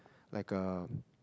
like a